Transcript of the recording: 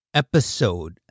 episode